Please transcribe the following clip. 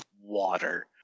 water